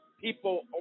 people